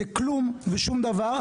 זה כלום ושום דבר.